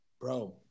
bro